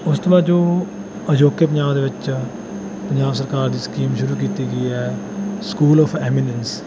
ਉਸ ਤੋਂ ਬਾਅਦ ਜੋ ਅਜੋਕੇ ਪੰਜਾਬ ਦੇ ਵਿੱਚ ਪੰਜਾਬ ਸਰਕਾਰ ਦੀ ਸਕੀਮ ਸ਼ੁਰੂ ਕੀਤੀ ਗਈ ਹੈ ਸਕੂਲ ਅੋਫ ਐਮੀਨੈਂਸ